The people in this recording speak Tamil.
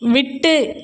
விட்டு